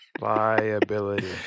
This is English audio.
Liability